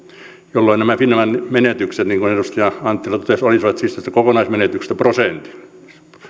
jolloin nämä finavian menetykset niin kuin edustaja anttila totesi olivat siis tästä kokonaismenetyksestä prosentin